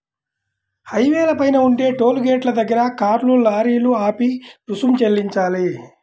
హైవేల పైన ఉండే టోలు గేటుల దగ్గర కార్లు, లారీలు ఆపి రుసుము చెల్లించాలి